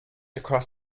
across